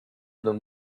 them